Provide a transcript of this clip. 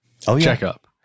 checkup